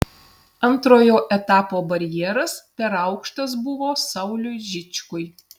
antrojo etapo barjeras per aukštas buvo sauliui žičkui